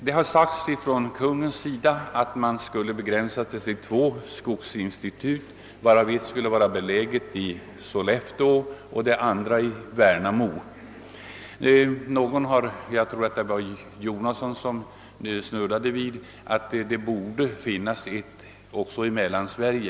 Det har från Kungl. Maj:ts sida sagts att man skulle begränsa sig till två skogsinstitut, varav det ena skulle vara förlagt till Sollefteå och det andra till Värnamo. Jag tror det var herr Jonasson som snuddade vid att det borde finnas ett också i Mellansverige.